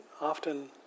often